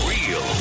Real